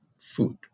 food